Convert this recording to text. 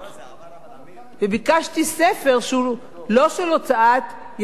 וביקשתי ספר שהוא לא של הוצאת "ידיעות אחרונות" ולא של "כתר",